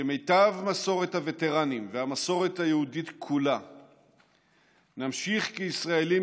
כמיטב מסורת הווטרנים והמסורת היהודית כולה נמשיך כישראלים